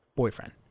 Boyfriend